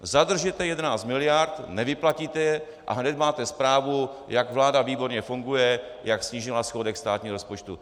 Zadržíte 11 mld., nevyplatíte je, a hned máte zprávu, jak vláda výborně funguje, jak snížila schodek státního rozpočtu.